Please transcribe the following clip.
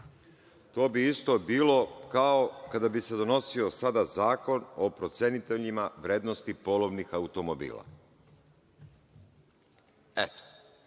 To bi isto bilo kao kada bi se donosio sada zakon o proceniteljima vrednosti polovnih automobila. To